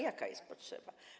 Jaka jest potrzeba?